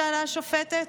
שאלה השופטת.